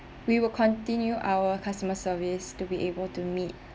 we will continue our customer service to be able to meet